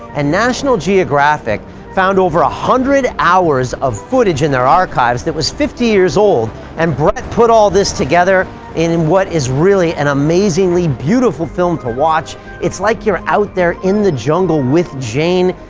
and national geographic found over one ah hundred hours of footage in their archives that was fifty years old and brett put all this together in in what is really an amazingly beautiful film to watch. it's like you're out there in the jungle with jane.